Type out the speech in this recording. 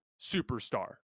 superstar